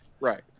right